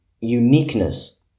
uniqueness